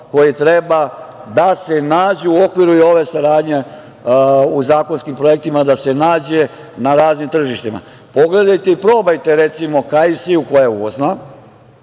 koje treba da se nađu, u okviru i ove saradnje u zakonskim projektima, da se nađe na raznim tržištima. Pogledajte i probajte, recimo, kajsiju, koja je uvozna